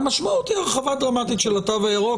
המשמעות היא הרחבה דרמטית של התו הירוק.